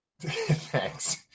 Thanks